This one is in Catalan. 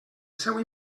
seu